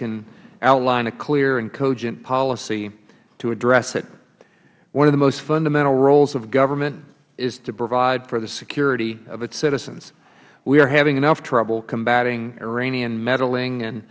can outline a clear and cogent policy to address it one of the most fundamental roles of government is to provide for the security of its citizens we are having enough trouble combating iranian meddling and